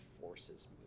forces